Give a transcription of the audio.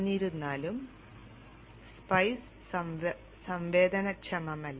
എന്നിരുന്നാലും സ്പൈസ് സംവേദനക്ഷമമല്ല